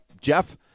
Jeff